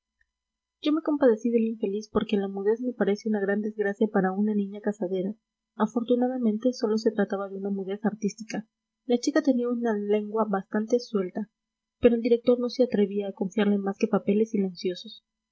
yo me compadecí de la infeliz porque la mudez me parece una gran desgracia para una niña casadera afortunadamente sólo se trataba de una mudez artística la chica tenía una lengua bastante suelta pero el director no se atrevía a confiarle más que papeles silenciosos